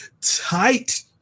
tight